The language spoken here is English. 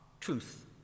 truth